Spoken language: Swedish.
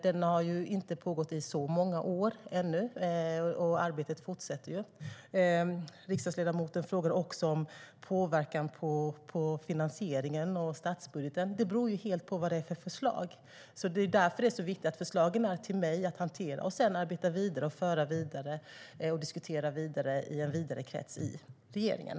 Den har inte pågått i så många år ännu, och arbetet fortsätter. Riksdagsledamoten frågade också om påverkan på finansieringen och statsbudgeten. Det beror helt på vad det är för förslag. Därför är det viktigt att förslagen är för mig att hantera och sedan diskutera och föra vidare i en större krets i regeringen.